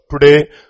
Today